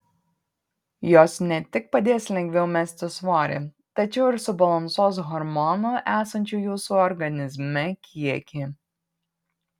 jos ne tik padės lengviau mesti svorį tačiau ir subalansuos hormonų esančių jūsų organizme kiekį